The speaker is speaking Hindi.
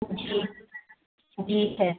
जी जी है